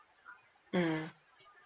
mm